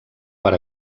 per